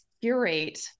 curate